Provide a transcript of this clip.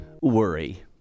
worry